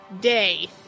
day